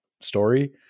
story